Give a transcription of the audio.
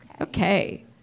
Okay